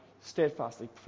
steadfastly